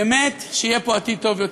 באמת כדי שיהיה פה עתיד טוב יותר.